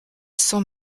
cent